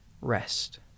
Rest